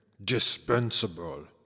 dispensable